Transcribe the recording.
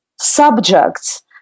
subjects